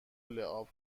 لعاب